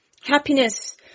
Happiness